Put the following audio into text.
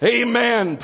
amen